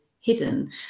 hidden